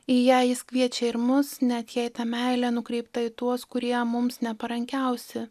į ją jis kviečia ir mus net jei ta meilė nukreipta į tuos kurie mums neparankiausi